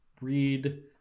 read